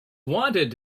wanted